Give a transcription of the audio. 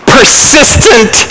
Persistent